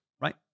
right